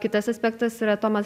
kitas aspektas yra tomas